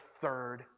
third